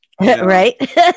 Right